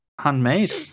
handmade